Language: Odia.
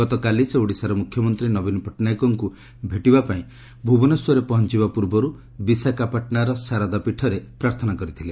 ଗତକାଲି ସେ ଓଡ଼ିଶାର ମୁଖ୍ୟମନ୍ତ୍ରୀ ନବୀନ ପଟ୍ଟନାୟକଙ୍କୁ ଭେଟିବା ପାଇଁ ଭୁବନେଶ୍ୱରରେ ପହଞ୍ଚିବା ପୂର୍ବରୁ ବିଶାଖାପାଟଣାର ସାରଦା ପୀଠରେ ପ୍ରାର୍ଥନା କରିଥିଲେ